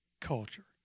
culture